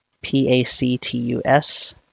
P-A-C-T-U-S